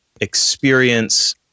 experience